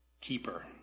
keeper